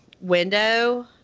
window